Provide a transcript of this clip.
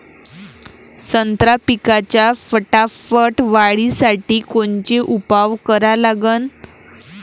संत्रा पिकाच्या फटाफट वाढीसाठी कोनचे उपाव करा लागन?